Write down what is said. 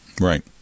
Right